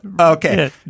Okay